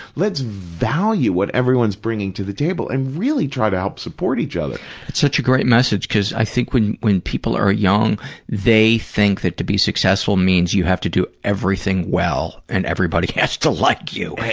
let's value what everyone's bringing to the table and really try to help support each other. that's such a great message, because i think when when people are young they think that to be successful means you have to do everything well and everybody has to like you,